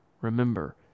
remember